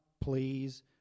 please